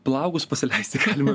plaukus pasileisti galima